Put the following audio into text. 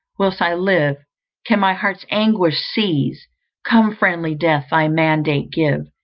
whilst i live can my heart's anguish cease come, friendly death, thy mandate give,